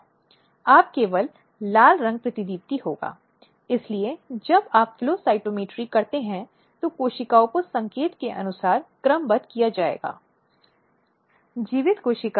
और यहां तक कि उन मामलों में भी जहां पुलिस महिलाओं के साथ काम कर रही है